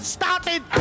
started